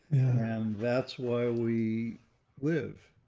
and that's why we live.